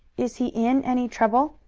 is he in any trouble?